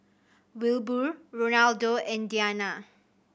Wilbur Ronaldo and Deana